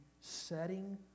setting